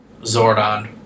Zordon